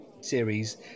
series